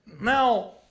Now